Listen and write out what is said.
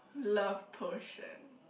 love potion